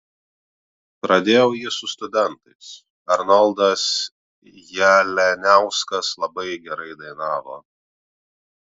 pradėjau jį su studentais arnoldas jalianiauskas labai gerai dainavo